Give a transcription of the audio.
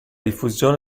diffusione